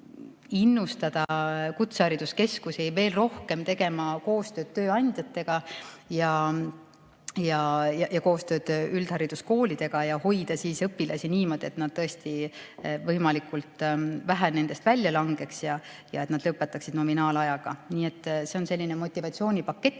kutsehariduskeskusi veel rohkem tegema koostööd tööandjatega ja üldhariduskoolidega ning hoidma õpilasi niimoodi, et neist võimalikult vähesed välja langeks ja et nad lõpetaksid nominaalajaga. Nii et see on selline motivatsioonipakett.